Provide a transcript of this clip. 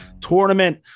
tournament